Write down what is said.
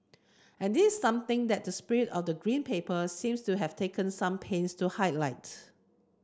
and this something that the spirit of the Green Paper seems to have taken some pains to highlight